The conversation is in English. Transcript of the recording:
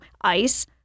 ice